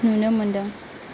नुनो मोनदों